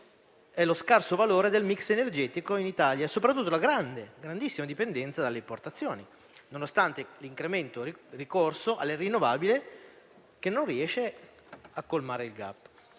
lo scarso valore del *mix* energetico in Italia e, soprattutto, la grandissima dipendenza dalle importazioni, nonostante l'incrementato ricorso alle rinnovabili, che non riesce a colmare il *gap*.